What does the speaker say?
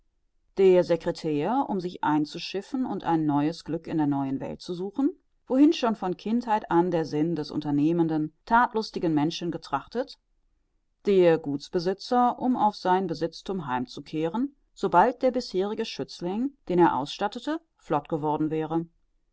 der secretair um sich einzuschiffen und ein neues glück in der neuen welt zu suchen wohin schon von kindheit an der sinn des unternehmenden thatlustigen menschen getrachtet der gutsbesitzer um auf sein besitzthum heimzukehren sobald der bisherige schützling den er ausstattete flott geworden wäre